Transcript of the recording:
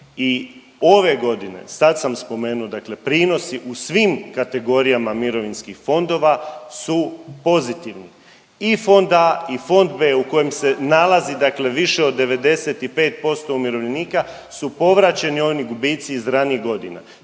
i ove godine, sada sam spomenuo, dakle prinosi u svim kategorijama mirovinskih fondova su pozitivni. I fond A i fond B u kojem se nalazi dakle više od 95% umirovljenika su povraćeni oni gubici iz ranijih godina.